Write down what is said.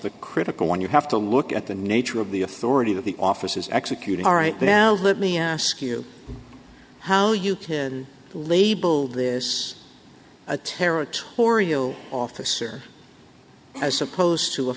the critical one you have to look at the nature of the authority of the office is executed all right now let me ask you how you can label this a territorial officer as opposed to a